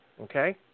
Okay